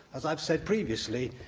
as i've said previously,